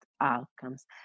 outcomes